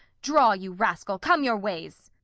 draw, you rascal! come your ways!